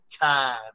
time